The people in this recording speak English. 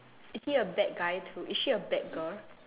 is he a bad guy too is she a bad girl